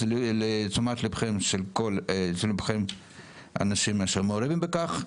לתשומת ליבכם של כל האנשים שמעורבים בכך,